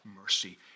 mercy